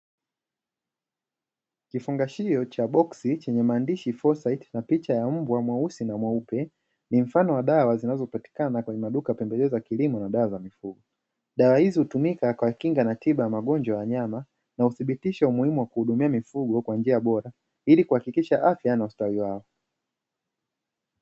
Kifungashio cha boksi chenye maandishi "4CYTE" na picha ya mbwa mweusi na mweupe. Ni mfano wa dawa zinazopatikana kwenye maduka ya pembejeo za kilimo na dawa za mifugo. Dawa hizi hutumika kwa kinga na tiba ya magonjwa ya wanyama na hudhibitisha umuhimu wa kuhudumia mifugo kwa njia bora ili kuhakikisha afya na ustawi wao.